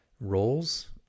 roles